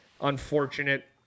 Unfortunate